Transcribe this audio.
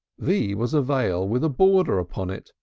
v was a veil with a border upon it,